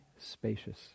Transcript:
spacious